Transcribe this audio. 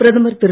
பிரதமர் திரு